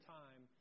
time